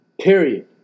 Period